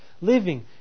living